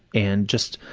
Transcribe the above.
and just,